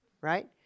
Right